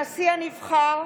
הנשיא הנבחר